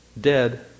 dead